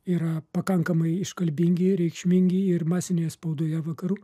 yra pakankamai iškalbingi reikšmingi ir masinėje spaudoje vakarų